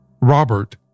Robert